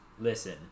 listen